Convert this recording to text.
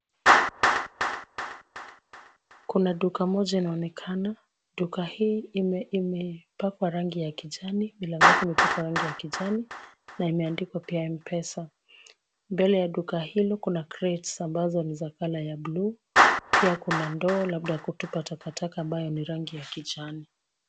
Kuna duka moja inaonekana, duka hii imepakwa rangi ya kijani milango yake, imepakwa rangi ya kijani, na imeandikwa pia M-Pesa. Mbele ya duka hili kuna crates ambazo ni za kala ya bluu, pia kuna ndoo labda ya kutupa takataka ambayo ni rangi ya kijani.